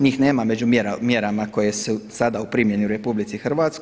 Njih nema među mjerama koje su sada u primjeni u RH.